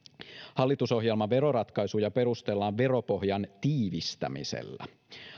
hallitusohjelman veroratkaisuja perustellaan veropohjan tiivistämisellä